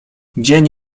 dzień